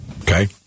Okay